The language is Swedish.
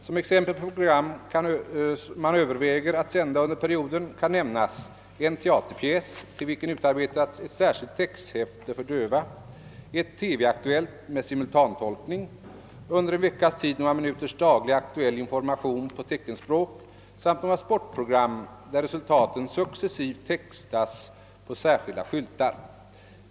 Som exempel på program man överväger att sända under perioden kan nämnas en teaterpjäs till vilken utarbetats ett särskilt texthäfte för döva, ett TV-aktuellt med simultantolkning, under en veckas tid några minuters daglig aktuell information på teckenspråk samt något sportprogram där resultaten successivt textas på särskilda skyltar.